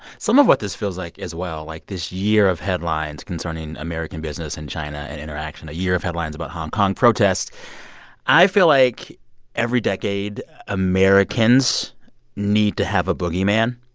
some of what this feels like, as well like, this year of headlines concerning american business in china and interaction, a year of headlines about hong kong protests i feel like every decade americans need to have a boogeyman,